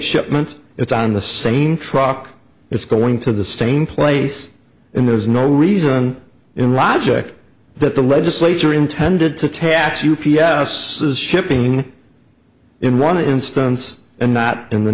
shipment it's on the same truck it's going to the same place and there's no reason in logic that the legislature intended to tax u p s is shipping in one instance and not in the